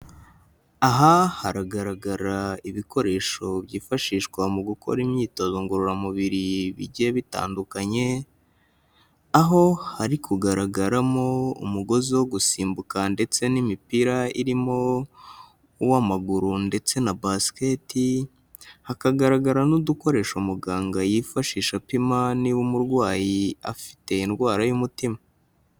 Aha haragaragara ibikoresho byifashishwa mu gukora imyitozo ngororamubiri bigiye bitandukanye, aho hari kugaragaramo umugozi wo gusimbuka ndetse n'imipira irimo uw'amaguru ndetse na Basket, hakagaragara n'udukoresho muganga yifashisha apima niba umurwayi afite indwara y'umutima.